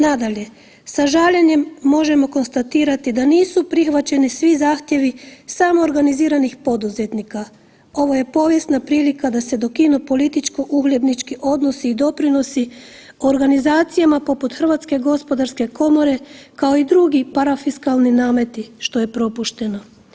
Nadalje, sa žaljenjem možemo konstatirati da nisu prihvaćeni svi zahtjevi samoorganiziranih poduzetnika, ovo je povijesna prilika da se dokinu političko-uglednički odnosi i doprinosi organizacijama poput HGK-a, kao i drugi parafiskalni nameti, što je propušteno.